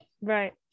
Right